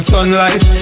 Sunlight